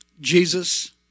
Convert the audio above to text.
Jesus